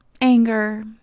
anger